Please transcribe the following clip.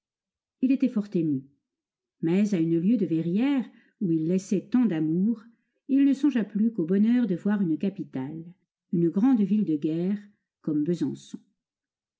il était fort ému mais à une lieue de verrières où il laissait tant d'amour il ne songea plus qu'au bonheur de voir une capitale une grande ville de guerre comme besançon